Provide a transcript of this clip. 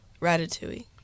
Ratatouille